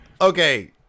Okay